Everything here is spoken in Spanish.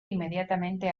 inmediatamente